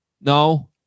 No